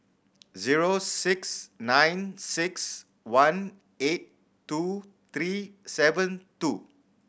zero six nine six one eight two three seven two